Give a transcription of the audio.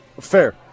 fair